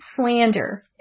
slander